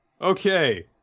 okay